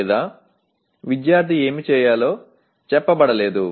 లేదా విద్యార్థి ఏమి చేయాలో చెప్పబడలేదు